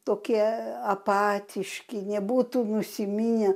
tokie apatiški nebūtų nusiminę